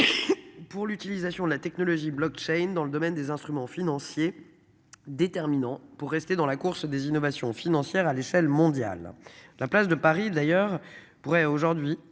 Pour lui. Utilisation de la technologie Blockchain dans le domaine des instruments financiers. Déterminant pour rester dans la course des innovations financières à l'échelle mondiale, la place de Paris d'ailleurs pourrait aujourd'hui